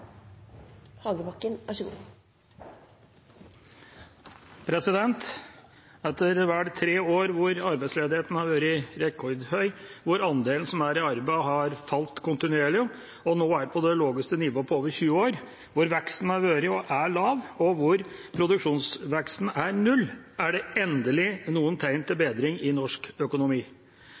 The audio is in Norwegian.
Etter vel tre år hvor arbeidsledigheten har vært rekordhøy, hvor andelen som er i arbeid, har falt kontinuerlig og nå er på det laveste nivået på over 20 år, hvor veksten har vært og er lav, og hvor produksjonsveksten er null, er det endelig noen tegn til bedring i norsk økonomi.